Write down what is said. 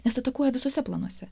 nes atakuoja visuose planuose